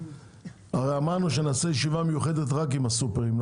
הרי אמרנו שנעשה ישיבה מיוחדת רק עם הסופרים.